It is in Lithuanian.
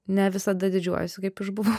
ne visada didžiuojuosi kaip išbuvau